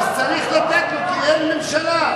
אז צריך לתת לו, כי אין ממשלה.